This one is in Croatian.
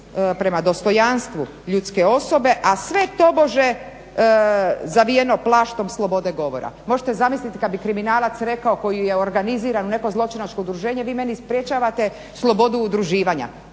prema dostojanstvu ljudske osobe a sve tobože zavijeno plaštom slobode govora. Možete zamisliti kad bi kriminalac rekao koji je organiziran u neko zločinačko udruženje vi meni sprječavate slobodu udruživanja,